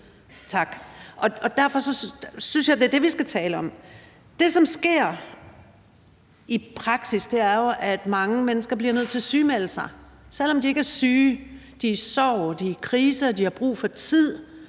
og derfor synes jeg, at det er det, vi skal tale om. Det, som sker i praksis, er jo, at mange mennesker bliver nødt til at sygemelde sig, selv om de ikke er syge; de er i sorg, de er i krise, og de har brug for tid